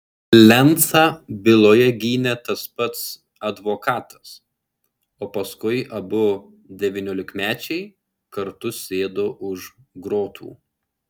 lencą byloje gynė tas pats advokatas o paskui abu devyniolikmečiai kartu sėdo už grotų